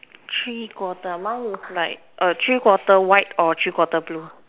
three quarter mine was like a three quarter white or three quarter blue